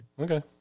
Okay